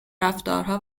رفتارها